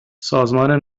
سازمان